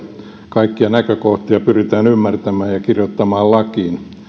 kaikkia näkökohtia pyritään ymmärtämään ja ja kirjoittamaan lakiin